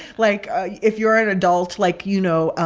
like. yeah if you're an adult, like, you know,